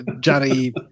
Johnny